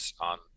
on